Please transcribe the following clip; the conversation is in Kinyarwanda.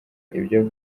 ibyo